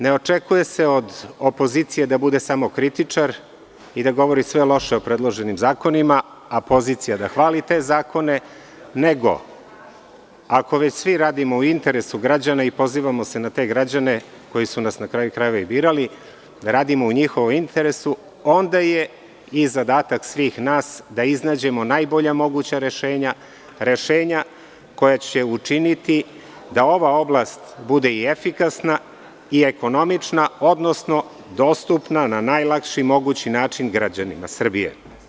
Ne očekuje se od opozicije da bude samo kritičar i da govori sve loše o predloženim zakonima, a pozicija da hvali te zakone, nego, ako već svi radimo u interesu građana i pozivamo se na te građane koji su nas na kraju krajeva i birali da radimo u njihovom interesu, onda je zadatak svih nas da iznađemo najbolja moguća rešenja, rešenja koja će učiniti da ova oblast bude efikasna i ekonomična, odnosno dostupna na najlakši mogući način građanima Srbije.